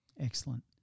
Excellent